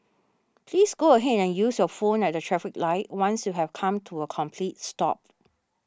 please go ahead and use your phone at the traffic light once you have come to a complete stop